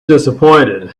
disappointed